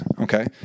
okay